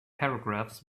paragraphs